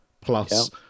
plus